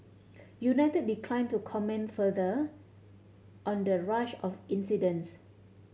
United declined to comment further on the rash of incidents